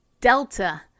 Delta